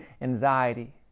anxiety